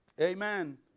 Amen